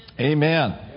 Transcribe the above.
Amen